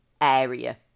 area